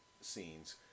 scenes